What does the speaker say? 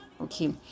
okay